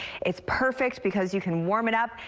it's perfect because you can warm it up,